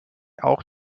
auch